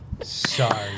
Sorry